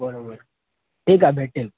बरोबर ठीक आहे भेटेल